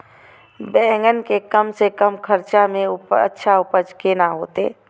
बेंगन के कम से कम खर्चा में अच्छा उपज केना होते?